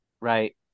right